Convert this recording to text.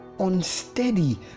Unsteady